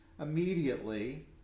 immediately